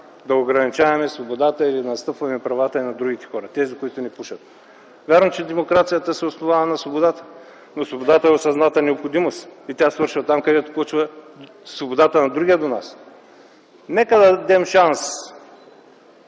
да ограничаваме свободата или да настъпваме правата на другите хора – тези, които не пушат. Вярно е, че демокрацията се основава на свободата. Но свободата е осъзната необходимост и тя свършва там, където започва свободата на другия до нас. Нека да дадем шанс